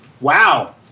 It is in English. Wow